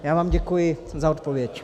Já vám děkuji za odpověď.